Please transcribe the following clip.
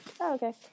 okay